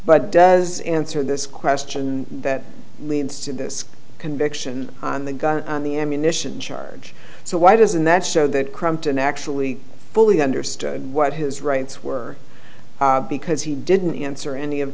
but does answer this question that leads to this conviction on the gun the ammunition charge so why doesn't that show that crampton actually fully understood what his rights were because he didn't answer any of